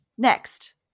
Next